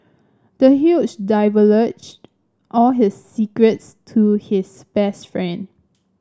the huge divulged all his secrets to his best friend